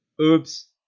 Oops